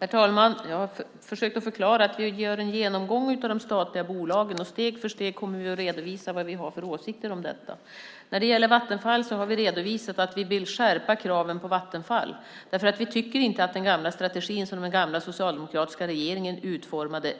Herr talman! Jag har försökt förklara att vi gör en genomgång av de statliga bolagen. Steg för steg kommer vi att redovisa vad vi har för åsikter om detta. När det gäller Vattenfall har vi redovisat att vi vill skärpa kraven. Vi tycker inte att den gamla strategin, som den gamla socialdemokratiska regeringen utformade,